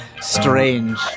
strange